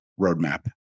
roadmap